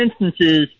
instances